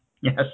Yes